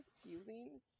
confusing